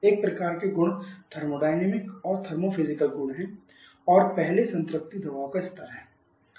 एक प्रकार के गुण थर्मोडायनामिक और थर्मोफिजिकल गुण हैं और पहले संतृप्ति दबाव का स्तर है